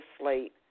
slate